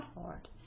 hard